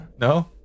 No